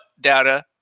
data